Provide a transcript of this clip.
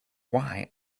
why